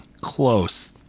Close